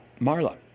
Marla